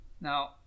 Now